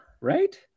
right